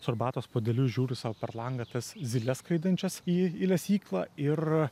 su arbatos puodeliu žiūriu sau per langą tas zyles skraidančias į į lesyklą ir